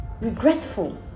regretful